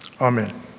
Amen